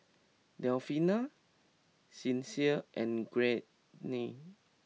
Delfina Sincere and Gwyneth